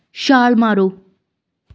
ਛਾਲ ਮਾਰੋ